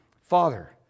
Father